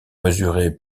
mesurer